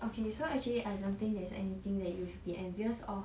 okay so actually I don't think there's anything that you should be envious of